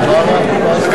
על